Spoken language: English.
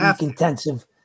intensive